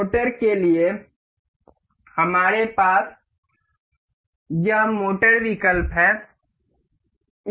motor के लिए हमारे पास यह मोटर विकल्प है